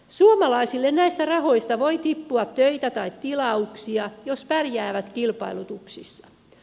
suomalaisille näistä rahoista voi tippua töitä tai tilauksia jos pärjäävät kilpailutuksissa